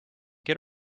get